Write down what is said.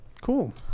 Cool